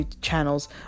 channels